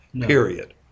period